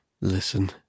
Listen